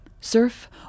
surf